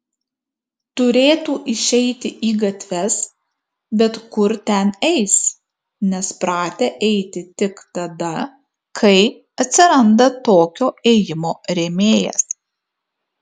turėtų išeiti į gatves bet kur ten eis nes pratę eiti tik tada kai atsiranda tokio ėjimo rėmėjas